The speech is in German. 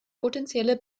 potenzielle